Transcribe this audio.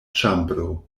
ĉambro